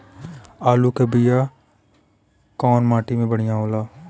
आलू के बिया कवना माटी मे बढ़ियां होला?